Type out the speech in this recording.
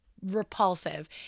repulsive